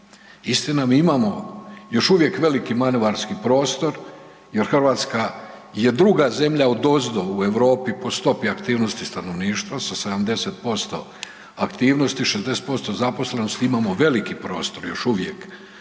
Istina, mi imamo još uvijek veliki manevarski prostor jer Hrvatska je druga zemlja odozdo u Europi po stopi aktivnosti stanovništva sa 70% aktivnosti, 60% zaposlenosti, imamo veliki prostor još uvijek,